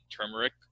turmeric